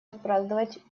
отпраздновать